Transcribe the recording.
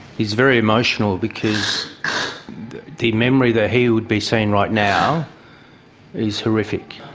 he's very emotional because the memory that he would be seeing right now is horrific.